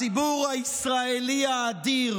הציבור הישראלי האדיר